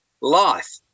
life